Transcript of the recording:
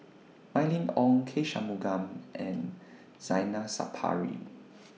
Mylene Ong K Shanmugam and Zainal Sapari